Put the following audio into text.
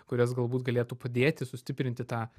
kurios galbūt galėtų padėti sustiprinti tą